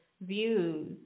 views